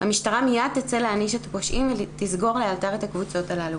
המשטרה מיד תצא להעניש את הפושעים ותסגור לאלתר את הקבוצות הללו.